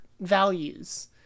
values